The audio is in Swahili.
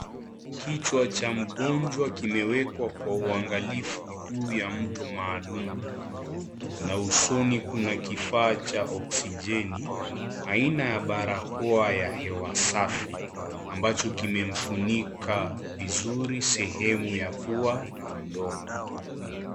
Kichwa cha mgonjwa kimewekwa kwa uangalifu juu ya mto maalum, na usoni kuna kifaa cha oxygeni, aina ya barakoa ya hewa safi, ambacho kimemfunika vizuri sehemu ya pua na mdomo.